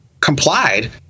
complied